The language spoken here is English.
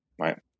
right